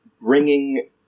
bringing